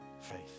faith